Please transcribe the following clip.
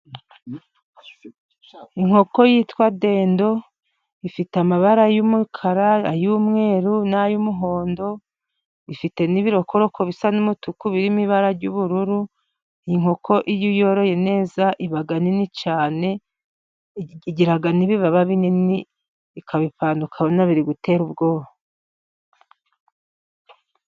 Inkoko yitwa ndendo, ifite amabara y'umukara n ayumweru n'ay'umuhondo ifite n'ibirokoko bisa n'umutuku birimo ibara ry'ubururu, iyi inkoko iyo yoroye neza, ibaga nini cyane igira n'ibibaba binini ikabipanga ukabona biri gutera ubwoba.